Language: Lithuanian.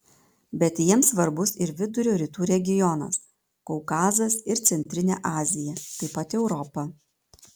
bet jiems svarbus ir vidurio rytų regionas kaukazas ir centrinė azija taip pat europa